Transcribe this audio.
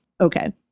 Okay